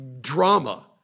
drama